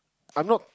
I'm not